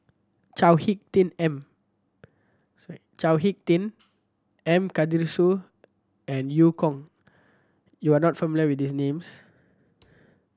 Chao Hick Tin M Chao Hick Tin and Karthigesu and Eu Kong you are not familiar with these names